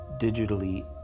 digitally